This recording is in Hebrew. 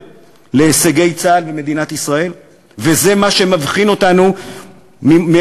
להישגי צה"ל ומדינת ישראל ושזה מה שמבחין אותנו מאויבינו?